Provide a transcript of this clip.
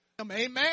Amen